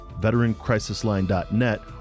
VeteranCrisisLine.net